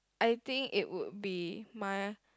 I think it would be my